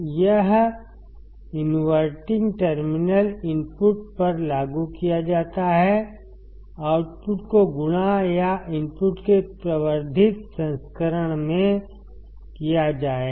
यह inverting terminal input पर लागू किया जाता है आउटपुट को गुणा या इनपुट के प्रवर्धित संस्करण में किया जाएगा